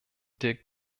der